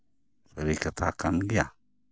ᱥᱟᱹᱨᱤ ᱠᱟᱛᱷᱟ ᱠᱟᱱ ᱜᱮᱭᱟ